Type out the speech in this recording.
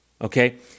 okay